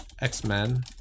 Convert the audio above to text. X-Men